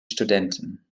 studenten